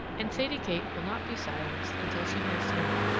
and sadie kate will not be silenced until she has seen them.